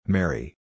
Mary